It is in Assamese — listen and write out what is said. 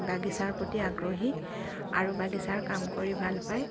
বাগিছাৰ প্ৰতি আগ্ৰহী আৰু বাগিছাৰ কাম কৰি ভাল পায়